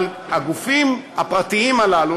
אבל הגופים הפרטיים הללו,